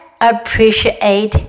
appreciate